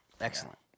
Excellent